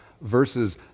versus